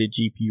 gpu